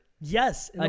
Yes